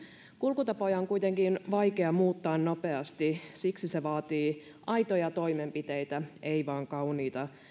kulkutapoja on kuitenkin vaikea muuttaa nopeasti siksi se vaatii aitoja toimenpiteitä ei vain kauniita